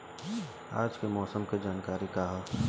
आज मौसम के जानकारी का ह?